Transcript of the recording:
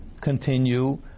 continue